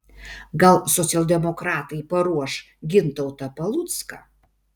gal socialdemokratai paruoš gintautą palucką